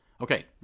Okay